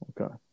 okay